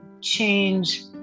change